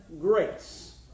grace